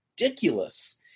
ridiculous